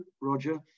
Roger